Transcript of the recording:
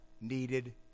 needed